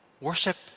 worship